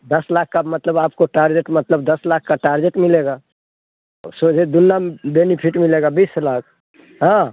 दस लाख का मतलब आपको टारगेट मतलब दस लाख का टारगेट मिलेगा सोझे दुगना बेनिफिट मिलेगा बीस लाख हाँ